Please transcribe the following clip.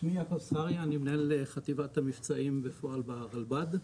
שלום, אני מנהל חטיבת המבצעים בפועל ברלב"ד,